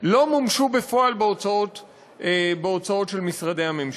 לא מומשו בפועל בהוצאות של משרדי הממשלה.